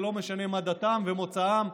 ולא משנה מה דתם ומוצאם,